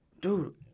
dude